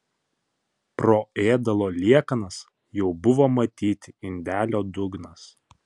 pro ėdalo liekanas jau buvo matyti indelio dugnas